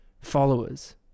Followers